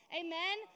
amen